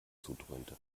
zudröhnte